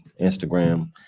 instagram